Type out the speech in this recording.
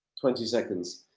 twenty seconds.